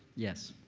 yes